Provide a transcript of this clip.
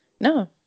No